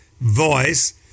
voice